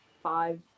five